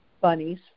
bunnies